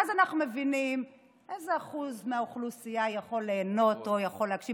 ואז אנחנו מבינים איזה אחוז מהאוכלוסייה יכול ליהנות או יכול להגשים